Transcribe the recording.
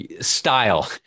style